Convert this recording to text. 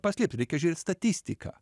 paslėpti reikia žiūrėt statistiką